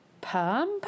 perm